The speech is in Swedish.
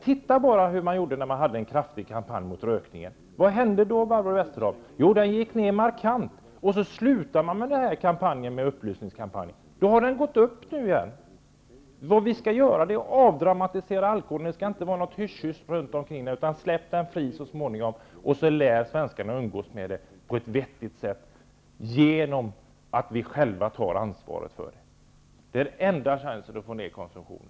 Titta bara vad som hände när vi hade en kraftig kampanj mot rökningen. Vad hände då, Barbro Westerholm? Jo, rökningen minskade markant. Så slutade upplysningskampanjen, och då har rökningen ökat igen. Vad vi skall göra är att avdramatisera alkohol. Det skall inte vara något hysch-hysch runt den, utan släpp den så småningom fri, och lär svenskarna att umgås med den på ett vettigt sätt genom att vi själva tar ansvaret för alkoholkonsumtionen! Det är den enda chansen att få ned konsumtionen.